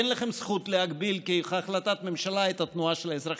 אין לכם זכות להגביל כהחלטת ממשלה את התנועה של האזרחים.